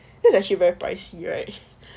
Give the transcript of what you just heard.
that's actually very pricey right